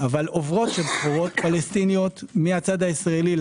אך עוברות בו סחורות פלסטיניות מהצד הישראלי.